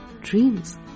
dreams